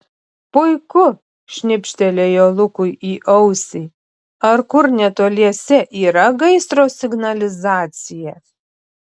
puiku šnibžtelėjo lukui į ausį ar kur netoliese yra gaisro signalizacija